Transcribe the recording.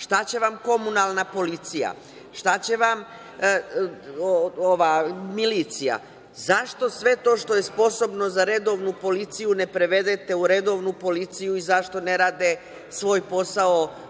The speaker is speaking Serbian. Šta će vam komunalna policija? Šta će vam milicija? Zašto sve to što je sposobno za redovnu policiju ne prevedete u redovnu policiju i zašto ne rade svoj posao ozbiljnije